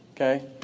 Okay